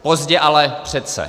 Pozdě, ale přece.